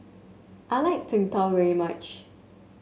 I like Png Tao very much